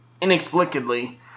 inexplicably